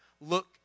look